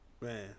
man